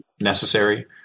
necessary